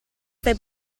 stai